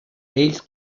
ells